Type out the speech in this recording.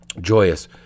Joyous